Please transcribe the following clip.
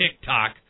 TikTok